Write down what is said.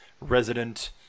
resident